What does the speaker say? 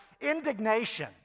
indignation